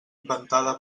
ventada